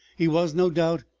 he was, no doubt,